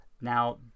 Now